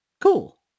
cool